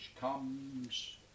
comes